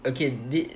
okay did